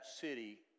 city